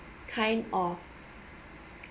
kind of